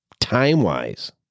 time-wise